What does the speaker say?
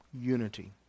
unity